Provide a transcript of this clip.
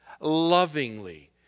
lovingly